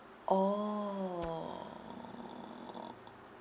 orh